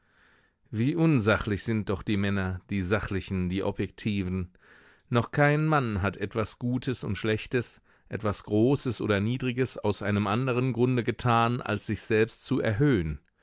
wie unsachlich sind doch die männer die sachlichen die objektiven noch kein mann hat etwas gutes und schlechtes etwas großes oder niedriges aus einem anderen grunde getan als sich selbst zu erhöhen